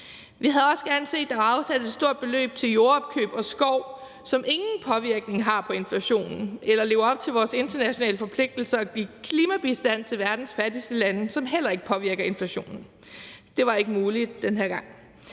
Vi havde også gerne set, at der var afsat et stort beløb til jordopkøb og skov, som ingen påvirkning har på inflationen, eller at vi levede op til vores internationale forpligtelser og gav klimabistand til verdens fattigste lande, hvilket heller ikke påvirker inflationen. Det var ikke muligt den her gang.